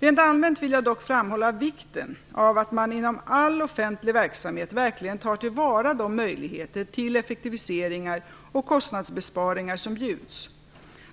Rent allmänt vill jag dock framhålla vikten av att man inom all offentlig verksamhet verkligen tar till vara de möjligheter till effektiviseringar och kostnadsbesparingar som bjuds.